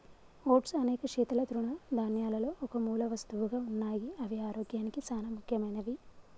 oats అనేక శీతల తృణధాన్యాలలో ఒక మూలవస్తువుగా ఉన్నాయి అవి ఆరోగ్యానికి సానా ముఖ్యమైనవి